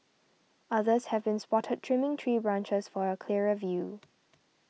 others have been spotted trimming tree branches for a clearer view